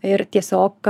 ir tiesiog